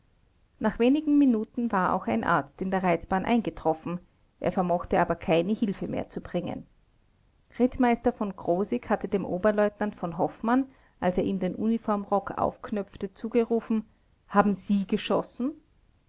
nach wenigen minuten war auch ein arzt in der reitbahn eingetroffen er vermochte aber keine hilfe mehr zu bringen rittmeister v krosigk hatte dem oberleutnant v hoffmann als er ihm den uniformrock aufknöpfte zugerufen haben sie geschossen